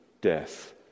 death